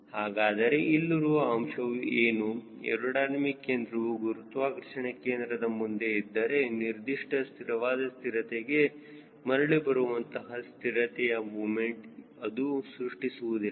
ಹಾಗಾದರೆ ಇಲ್ಲಿರುವ ಅಂಶವು ಏನು ಏರೋಡೈನಮಿಕ್ ಕೇಂದ್ರವು ಗುರುತ್ವಾಕರ್ಷಣ ಕೇಂದ್ರದ ಮುಂದೆ ಇದ್ದರೆ ನಿರ್ದಿಷ್ಟ ಸ್ಥಿರವಾದ ಸ್ಥಿರತೆಗೆ ಮರಳಿ ಬರುವಂತಹ ಸ್ಥಿರತೆಯ ಮೂಮೆಂಟ್ ಅದು ಸೃಷ್ಟಿಸುವುದಿಲ್ಲ